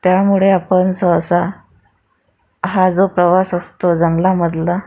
त्यामुळे आपण सहसा हा जो प्रवास असतो जंगलामधला